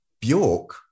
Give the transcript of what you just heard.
Bjork